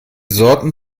sorten